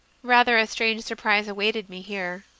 rather a strange surprise awaited me here.